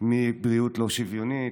מבריאות לא שוויונית,